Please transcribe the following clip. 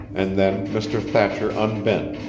and then mr. thatcher unbent,